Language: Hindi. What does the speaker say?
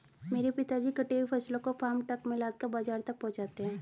मेरे पिताजी कटी हुई फसलों को फार्म ट्रक में लादकर बाजार तक पहुंचाते हैं